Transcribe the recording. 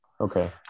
Okay